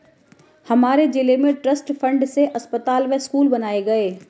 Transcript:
हमारे जिले में ट्रस्ट फंड से अस्पताल व स्कूल बनाए गए